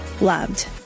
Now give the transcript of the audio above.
loved